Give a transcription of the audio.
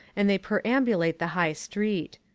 and they perambulate the high street.